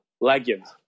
Leggings